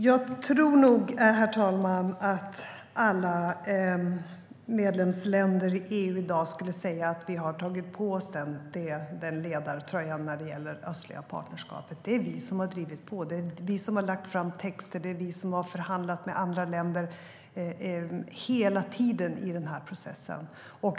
Herr talman! Jag tror nog att alla medlemsländer i EU i dag skulle säga att vi har tagit på oss ledartröjan när det gäller östliga partnerskapet. Det är vi som har drivit på. Det är vi som har lagt fram texter, och det är vi som har förhandlat med andra länder hela tiden i den här processen.